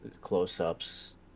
close-ups